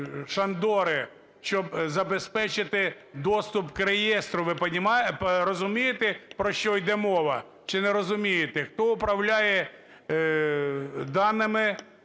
шандори, щоб забезпечити доступ до реєстру. Ви розумієте, про що йде мова, чи не розумієте? Хто управляє даними